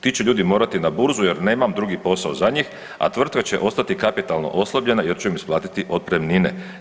Ti će ljudi morati na Burzi jer nemam drugi posao za njih, a tvrtka će ostati kapitalno oslabljena jer ću im isplatiti otpremnine.